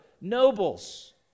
nobles